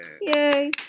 Yay